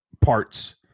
parts